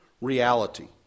reality